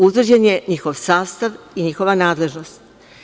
Utvrđen je njihov sastav i njihova nadležnost.